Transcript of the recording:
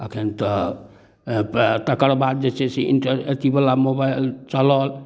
एखन तऽ तकर बाद जे छै से इन्टर अथीवला मोबाइल चलल